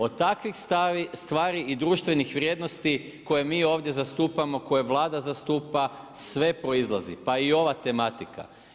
Od takvih stvari i društvenih vrijednosti koje mi ovdje zastupamo, koje Vlada zastupa sve proizlazi, pa i ova tematika.